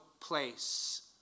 place